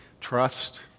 Trust